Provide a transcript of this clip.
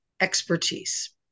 expertise